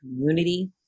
community